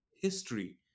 history